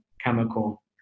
chemical